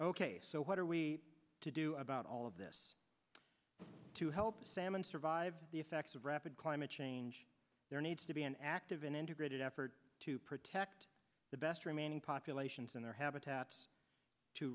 ok so what are we to do about all of this to help the salmon survive the effects of rapid climate change there needs to be an active and integrated effort to protect the best remaining populations and their habitats to